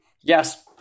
Yes